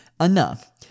enough